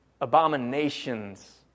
abominations